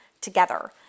together